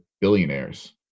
billionaires